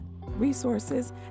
resources